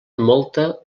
molta